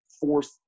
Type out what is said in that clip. fourth